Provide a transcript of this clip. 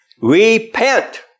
Repent